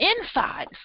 inside